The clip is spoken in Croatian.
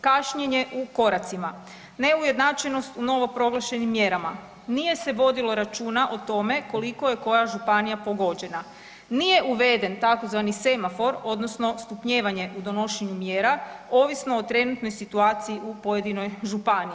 Kašnjenje u koracima, neujednačenost u novoproglašenim mjerama, nije se vodilo računa o tome koliko je koja županija pogođena, nije uveden tzv. semafor odnosno stupnjevanje u donošenju mjera ovisno o trenutnoj situaciji u pojedinoj županiji.